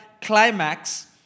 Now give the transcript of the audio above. climax